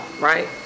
right